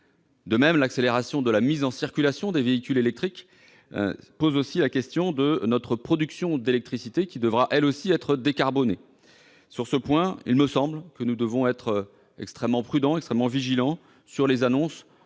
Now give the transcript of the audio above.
ailleurs, l'accélération de la mise en circulation de véhicules électriques pose la question de notre production d'électricité, qui devra, elle aussi, être décarbonée. Sur ce point, il me semble que nous devons être extrêmement prudents et vigilants sur les annonces